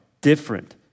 different